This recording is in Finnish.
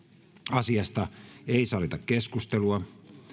asiasta ei sallita keskustelua